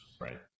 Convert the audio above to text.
right